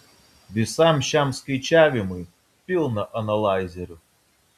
visam šiam skaičiavimui pilna analaizerių